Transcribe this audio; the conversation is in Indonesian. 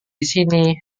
disini